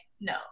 No